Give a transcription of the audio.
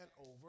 over